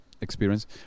experience